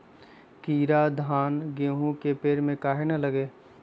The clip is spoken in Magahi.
कीरा धान, गेहूं के पेड़ में काहे न लगे?